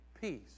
peace